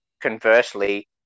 conversely